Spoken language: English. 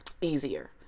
easier